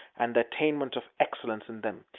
and the attainment of excellence in them.